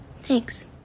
Thanks